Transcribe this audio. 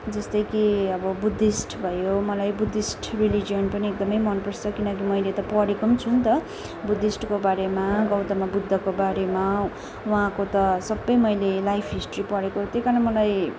जस्तै कि अब बुद्धिस्ट भयो मलाई बुद्धिस्ट रिलिजियन पनि एकदमै मनपर्छ किनकि मैले त पढेको पनि छु नि त बुद्धिस्टको बारेमा गौतम बुद्धको बारेमा उहाँको त सबै मैले लाइफ हिस्ट्री पढेको त्यही कारण मलाई